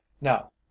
Now